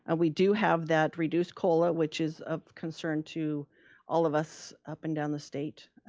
and we do have that reduced cola, which is of concern to all of us up and down the state.